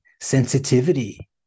sensitivity